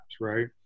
right